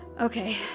okay